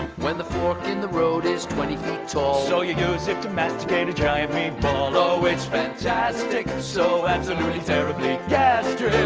when the floor in the road is twenty feet tall, so you do use it to masticate a giant meatball. oh, it's fantastic. so absolutely terribly gastric.